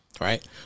Right